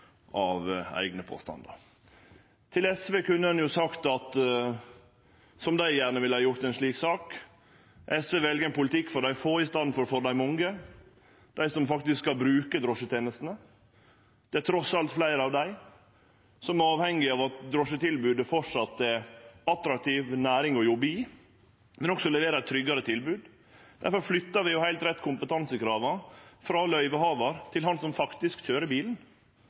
av eigne påstandar. Til SV kunne ein sagt som dei gjerne ville gjort i ei slik sak: SV vel ein politikk for dei få i staden for dei mange, dei som faktisk skal bruke drosjetenestene. Det er trass alt fleire av dei som er avhengige av at drosjetilbodet framleis er ei attraktiv næring å jobbe i, men som også leverer tryggare tilbod. Difor flyttar vi, heilt rett, kompetansekrava frå løyvehavaren til den som faktisk køyrer bilen,